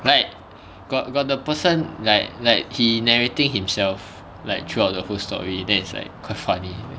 like got got the person like like he narrating himself like throughout the whole story then is like quite funny